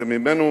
שממנו